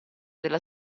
della